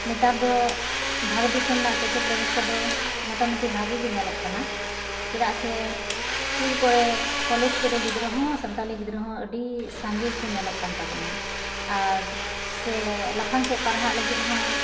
ᱱᱮᱛᱟᱨᱫᱚ ᱵᱷᱟᱨᱚᱛ ᱫᱤᱥᱚᱢ ᱨᱮᱱᱟᱜ ᱥᱮᱪᱮᱫ ᱵᱮᱵᱚᱥᱛᱟ ᱫᱚ ᱢᱚᱴᱟᱢᱩᱴᱤ ᱵᱷᱟᱜᱮ ᱜᱮ ᱧᱮᱞᱚᱜ ᱠᱟᱱᱟ ᱪᱮᱫᱟᱜ ᱥᱮ ᱥᱠᱩᱞ ᱠᱚᱨᱮ ᱠᱚᱞᱮᱡᱽ ᱠᱚᱨᱮ ᱜᱤᱫᱽᱨᱟᱹ ᱦᱚᱸ ᱥᱟᱱᱛᱟᱞᱤ ᱜᱤᱫᱽᱨᱟᱹᱦᱚᱸ ᱟᱹᱰᱤ ᱥᱟᱸᱜᱮᱠᱚ ᱧᱮᱞᱚᱜ ᱠᱟᱱ ᱛᱟᱵᱚᱱᱟ ᱟᱨ ᱥᱮ ᱞᱟᱯᱷᱟᱝ ᱥᱮᱫ ᱯᱟᱲᱦᱟᱜ ᱞᱟᱹᱜᱤᱫ ᱦᱚᱸ